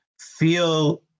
feel